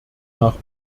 nach